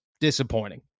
disappointing